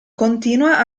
continua